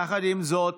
יחד עם זאת,